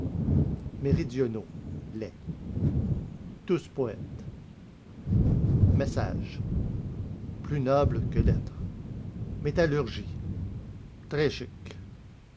méridionaux les tous poètes message plus noble que lettre métallurgie très chic